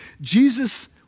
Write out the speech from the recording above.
Jesus